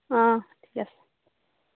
অঁ ঠিক আছে